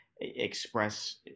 express